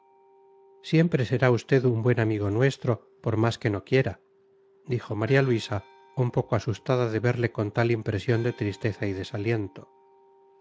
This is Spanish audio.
siempre será usted un buen amigo nuestro por más que no quiera dijo maría luisa un poco asustada de verle con tal impresión de tristeza y desaliento